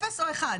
אפס או אחד.